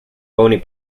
bony